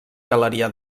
galeria